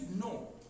no